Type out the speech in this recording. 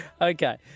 Okay